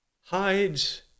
hides